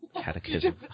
catechism